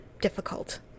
difficult